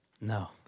No